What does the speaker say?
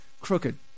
Crooked